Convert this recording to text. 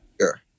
sure